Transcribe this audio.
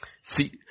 See